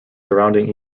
surrounding